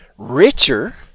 Richer